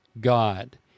god